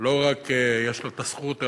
לא רק יש לה זכות,